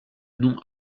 nom